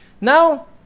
Now